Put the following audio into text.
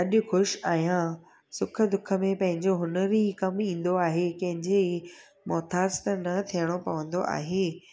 अॼु ख़ुशि आहियां सुख दुख में पंहिंजो हूनरु ई कमु ईंदो आहे कंहिंजे मुहताजु न थियणो पवंदो आहे